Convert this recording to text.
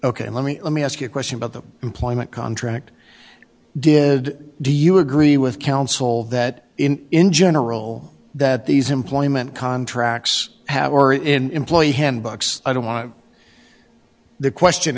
ok let me let me ask you a question about the employment contract did do you agree with counsel that in general that these employment contracts have or in employee hand box i don't want the question